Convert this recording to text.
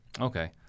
okay